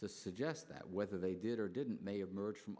to suggest that whether they did or didn't may have emerged from